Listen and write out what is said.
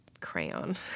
crayon